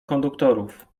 konduktorów